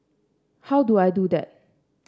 how do I do that